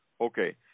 okay